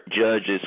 judges